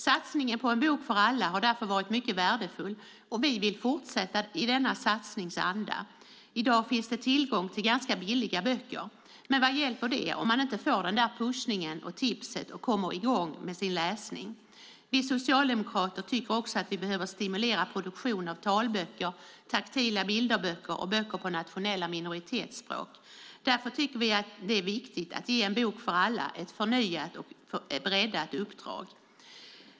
Satsningen på En bok för alla har därför varit mycket värdefull, och vi vill fortsätta i denna satsnings anda. I dag finns tillgång till billiga böcker, men vad hjälper det om man inte får pushningen, tipset, och kommer i gång med sin läsning? Vi socialdemokrater tycker också att produktionen av talböcker, taktila bilderböcker och böcker på nationella minoritetsspråk behöver stimuleras. Därför är det viktigt att ge En bok för alla ett förnyat och breddat uppdrag.